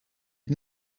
had